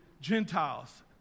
Gentiles